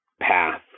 path